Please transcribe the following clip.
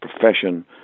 profession